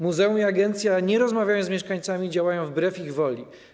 Muzeum i agencja nie rozmawiają z mieszkańcami i działają wbrew ich woli.